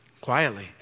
quietly